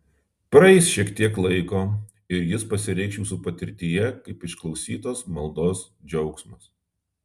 praeis šiek tiek laiko ir jis pasireikš jūsų patirtyje kaip išklausytos maldos džiaugsmas